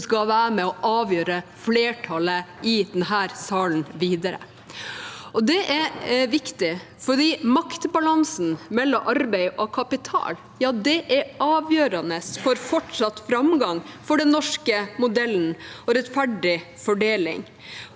som skal være med og avgjøre flertallet i denne salen videre. Det er viktig, fordi maktbalansen mellom arbeid og kapital er avgjørende for fortsatt framgang for den norske modellen og rettferdig fordeling.